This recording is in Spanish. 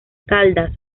caldas